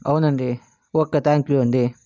అవునండి okay thank you అండి